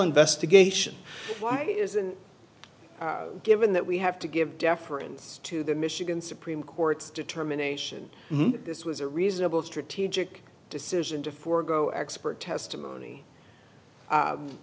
investigation why isn't given that we have to give deference to the michigan supreme court's determination that this was a reasonable strategic decision to forgo expert testimony